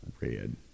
red